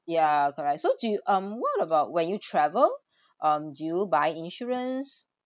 ya correct so do you um what about when you travel um do you buy insurance